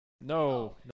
No